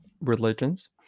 religions